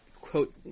quote